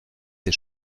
tes